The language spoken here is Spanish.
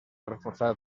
reforzar